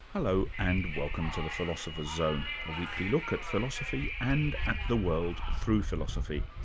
hello, and welcome to the philosopher's zone, a weekly look at philosophy and at the world through philosophy.